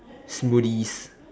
smoothies